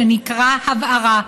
שנקרא "הבערה".